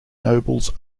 nobles